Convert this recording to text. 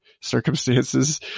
circumstances